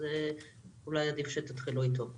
אז אולי עדיף שתתחילו איתו.